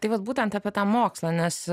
tai vat būtent apie tą mokslą nes